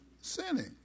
sinning